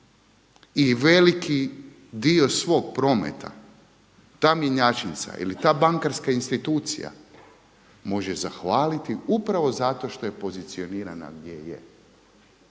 I veliki dio svog prometa, ta mjenjačnica ili ta bankarska institucija može zahvaliti upravo zato što je pozicionirana gdje je.